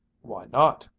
why not?